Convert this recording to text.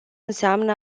înseamnă